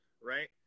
right